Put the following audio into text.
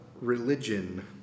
religion